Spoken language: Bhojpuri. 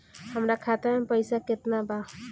हमरा खाता में पइसा केतना बा?